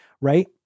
Right